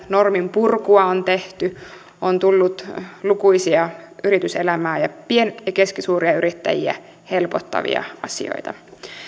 norminpurkua on tehty on tullut lukuisia yrityselämää ja pieniä ja keskisuuria yrittäjiä helpottavia asioita